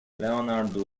leonard